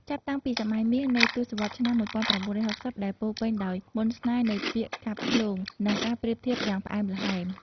ចាប់តាំងពីសម័យមាសនៃទសវត្សរ៍ឆ្នាំ ១៩៦០ ដែលពោរពេញដោយមន្តស្នេហ៍នៃពាក្យកាព្យឃ្លោង និងការប្រៀបធៀបយ៉ាងផ្អែមល្ហែម ។